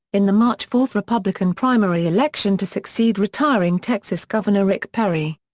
in the march four republican primary election to succeed retiring texas governor rick perry.